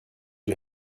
you